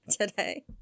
today